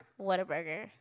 Whataburger